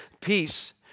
peace